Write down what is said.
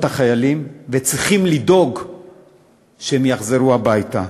החיילים וצריכים לדאוג שהם יחזרו הביתה,